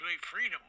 freedom